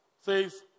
says